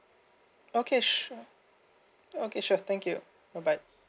okay sure okay sure thank you bye bye